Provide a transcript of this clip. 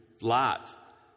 Lot